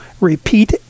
Repeat